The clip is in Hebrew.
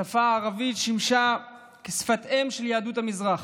השפה הערבית שימשה שפת אם של יהדות המזרח.